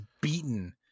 beaten